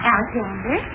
Alexander